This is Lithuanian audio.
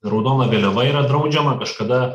raudona vėliava yra draudžiama kažkada